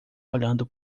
olhando